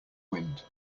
wind